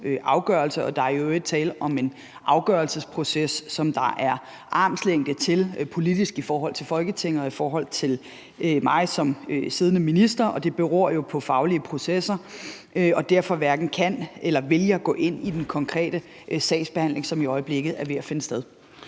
afgørelse, og der er i øvrigt tale om en afgørelsesproces, som der er armslængde til politisk i forhold til Folketinget og i forhold til mig som siddende minister, og det beror jo på faglige processer. Derfor hverken kan eller vil jeg gå ind i den konkrete sagsbehandling, som i øjeblikket er ved at finde sted.